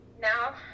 now